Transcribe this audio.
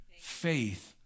faith